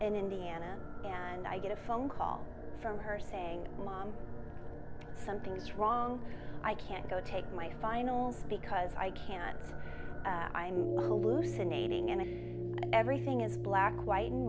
in indiana and i get a phone call from her saying mom something's wrong i can't go take my finals because i can't i'm a little loose in aiding and everything is black white and